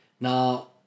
Now